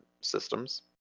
systems